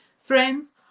Friends